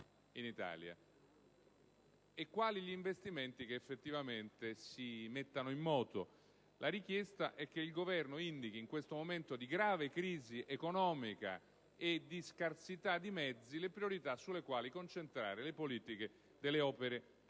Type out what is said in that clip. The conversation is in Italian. e quali investimenti effettivamente si metteranno in moto. La richiesta è che il Governo indichi, in questo momento di grave crisi economica e di scarsità di mezzi, le priorità sulle quali concentrare le politiche delle opere pubbliche,